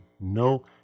no